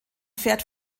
fährt